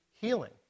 Healing